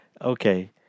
Okay